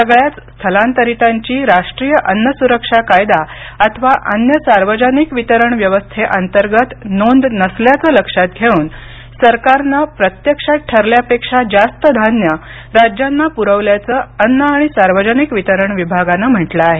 सगळ्याच स्थलांतरितांची राष्ट्रीय अन्न सुरक्षा कायदा अथवा अन्य सार्वजनिक वितरण व्यवस्थेअंतर्गत नोंद नसल्याचं लक्षात घेऊन सरकारनं प्रत्यक्षात ठरल्यापेक्षा जास्त धान्य राज्यांना पुरवल्याचं अन्न आणि सार्वजनिक वितरण विभागानं म्हटलं आहे